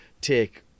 take